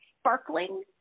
sparkling